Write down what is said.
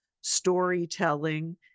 storytelling